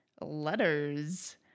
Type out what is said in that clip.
letters